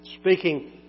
Speaking